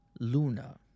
Luna